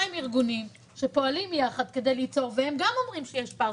32 ארגונים שפועלים ביחד כדי ליצור והם גם אומרים שיש פער.